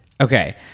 Okay